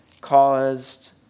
caused